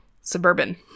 suburban